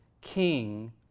king